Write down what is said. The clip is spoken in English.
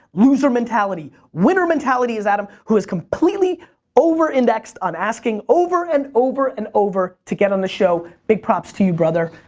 loser mentality. winner mentality is adam, who has completely over-indexed on asking over and over and over to get on the show. big props to you, brother.